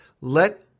let